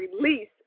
release